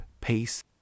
peace